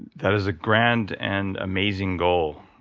that is a grand and amazing goal,